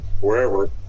wherever